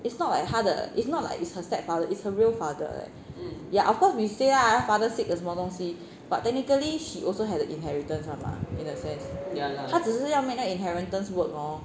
it's not like 她的 it's not like it's her stepfather is a real father leh yeah of course we say lah father sick or 什么东西 but technically she also has the inheritance [one] mah in the sense 她只是要 make 那个 inheritance work lor